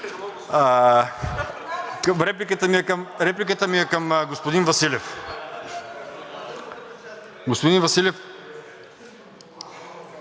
Репликата ми е към господин Василев. Господин Василев,